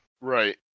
Right